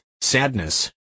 sadness